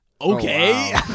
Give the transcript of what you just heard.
Okay